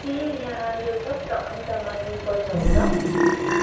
के यहाँ यो सप्ताह अन्तमा हिउँ पर्छ होला